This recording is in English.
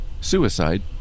Suicide